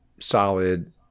solid